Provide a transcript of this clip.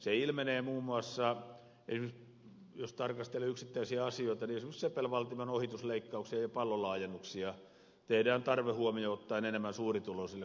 se ilmenee muun muassa jos tarkastelee yksittäisiä asioita siitä että sepelvaltion ohitusleikkauksia ja pallolaajennuksia tehdään tarve huomioon ottaen enemmän suurituloisille kuin pienituloisille